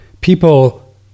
people